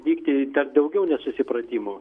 vykti ten daugiau nesusipratimų